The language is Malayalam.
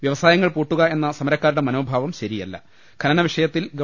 വൃവസായങ്ങൾ പൂട്ടുക എന്ന സമര ക്കാരുടെ മനോഭാവം ശരിയല്ല ഖനന വിഷയത്തിൽ ഗവ